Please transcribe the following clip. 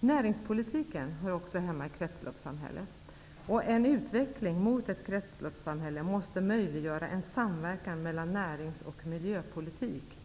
Näringspolitiken hör också hemma i kretsloppssamhället. En utveckling mot ett kretsloppssamhälle måste möjliggöra en samverkan mellan närings och miljöpolitik.